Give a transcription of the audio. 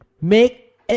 make